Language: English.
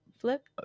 Flip